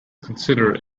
considered